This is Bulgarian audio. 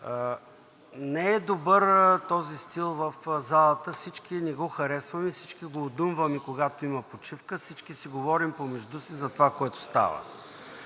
Не е добър този стил в залата, всички не го харесваме, всички го одумваме, когато има почивка, всички говорим помежду си за това, което става.